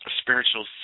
spiritual